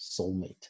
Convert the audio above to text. soulmate